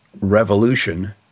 revolution